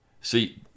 See